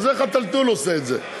אז חתלתול עושה את זה.